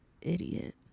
idiot